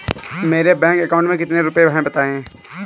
मेरे bank account में कितने रुपए हैं बताएँ?